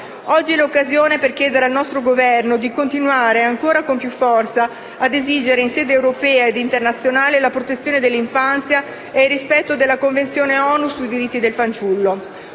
Oggi è l'occasione per chiedere al nostro Governo di continuare ancora con più forza a esigere in sede europea e internazionale la protezione dell'infanzia e il rispetto della Convenzione ONU sui diritti del fanciullo.